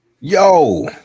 yo